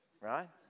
Right